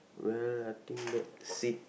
well I think that's it